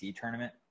tournament